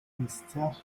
місцях